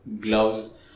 gloves